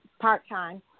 part-time